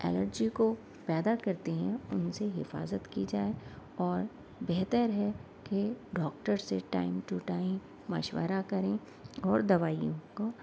allergy کو پیدا کرتی ہیں ان سے حفاظت کی جائے اور بہتر ہے کہ ڈاکٹر سے ٹائم ٹو ٹائم مشورہ کریں اور دوائیوں کو